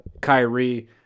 Kyrie